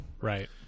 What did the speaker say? right